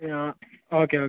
ആ okay okay